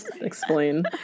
explain